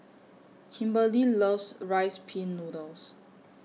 Kimberely loves Rice Pin Noodles